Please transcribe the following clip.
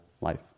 life